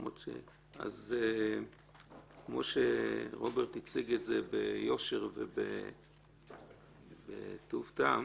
אז כמו שרוברט הציג את זה ביושר ובטוב טעם,